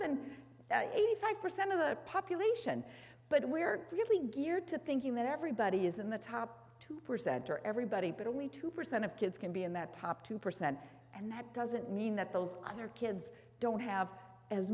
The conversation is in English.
than eighty five percent of the population but we're really geared to thinking that everybody is in the top two percent or everybody but only two percent of kids can be in that top two percent and that doesn't mean that those other kids don't have as